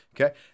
Okay